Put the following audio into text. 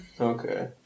Okay